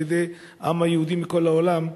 על-ידי העם היהודי מכל העולם,